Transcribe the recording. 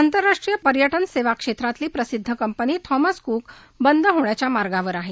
आंतरराष्ट्रीय पर्यटन सेवा क्षेत्रातली प्रसिद्ध कंपनी थॉमस कूक बंद होण्याच्या मार्गावर आहे